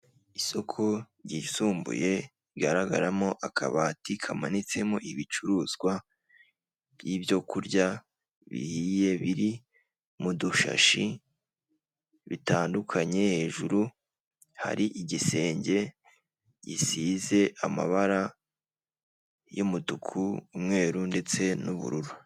Isoko ryisumbuye rigaragaramo akabati kamanitsemo ibicuruzwa, by'ibyo kurya bihiye biri mu dushashi bitandukanye, hejuru hari igisenge gisize amabara y'umutuku, umweru, ndetse n'ubururu.